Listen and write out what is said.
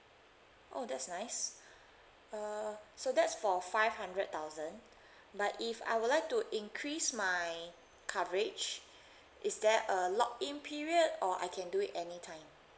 oh that's nice uh so that's for five hundred thousand but if I would like to increase my coverage is there a lock in period or I can do it anytime